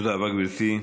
תודה רבה, גברתי.